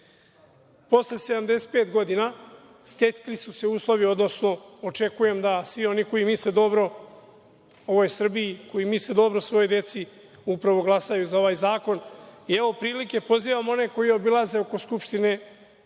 75 godina, stekli su se uslovi, odnosno očekujem da svi oni koji misle dobro ovoj Srbiji, koji misle dobro svojoj deci, upravo glasaju za ovaj zakon. Evo prilike, pozivam i one koji obilaze oko Skupštine